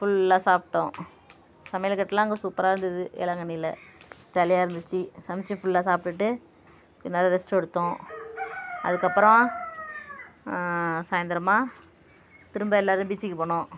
ஃபுல்லாக சாப்பிட்டோம் சமையல் கட்டுலாம் அங்கே சூப்பராக இருந்துது வேளாங்கண்ணியில ஜாலியாக இருந்துச்சு சமைச்சு ஃபுல்லாக சாப்பிட்டுட்டு எல்லாரும் ரெஸ்ட் எடுத்தோம் அதற்கப்பறோம் சாய்ந்தரமாக திரும்ப எல்லாரும் பீச்சுக்கு போனோம்